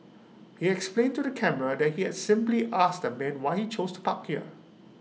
he explained to the camera that he had simply asked the man why he chose to park here